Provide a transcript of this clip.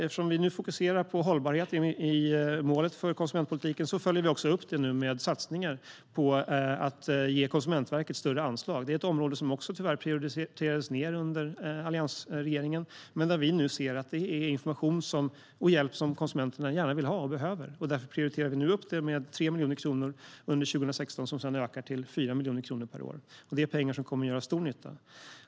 Eftersom vi fokuserar på hållbarhet i målet för konsumentpolitiken följer vi nu också upp det med satsningar på att ge Konsumentverket större anslag. Det är ett område som också tyvärr prioriterades ned under alliansregeringen. Det här är information och hjälp som konsumenterna gärna vill ha och behöver, och därför prioriterar vi nu upp detta område med 3 miljoner kronor under 2016 som sedan ökar till 4 miljoner kronor per år. Det är pengar som kommer att göra stor nytta.